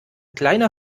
kleiner